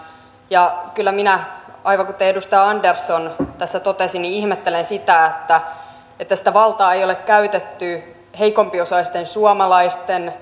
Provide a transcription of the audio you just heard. kyllä minä aivan kuten edustaja andersson tässä totesi ihmettelen sitä että että sitä valtaa ei ole käytetty heikompiosaisten suomalaisten